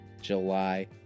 July